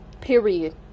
period